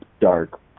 dark